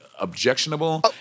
objectionable